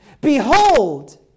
Behold